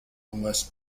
unless